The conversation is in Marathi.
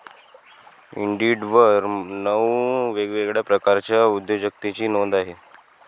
इंडिडवर नऊ वेगवेगळ्या प्रकारच्या उद्योजकतेची नोंद आहे